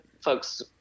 folks